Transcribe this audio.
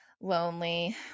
lonely